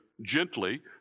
gently